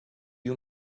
you